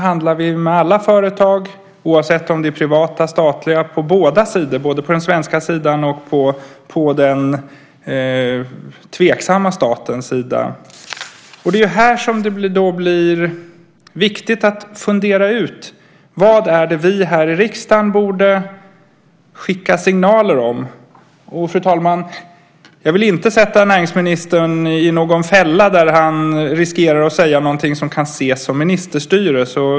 Handlar vi med alla företag, oavsett om de är privata eller statliga, på båda sidor, på både den svenska sidan och den tveksamma statens sida? Det är här det blir viktigt att fundera ut vad vi i riksdagen borde skicka signaler om. Fru talman! Jag vill inte sätta näringsministern i någon fälla där han riskerar att säga något som kan ses som ministerstyre.